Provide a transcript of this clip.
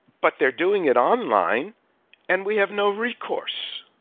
but they're doing it online and we have no recourse.